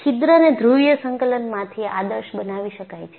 છિદ્રને ધ્રુવીય સંકલનમાંથીઆદર્શ બનાવી શકાય છે